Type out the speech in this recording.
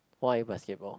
why basketball